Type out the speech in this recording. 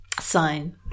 sign